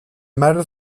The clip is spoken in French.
malles